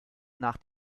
nach